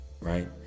right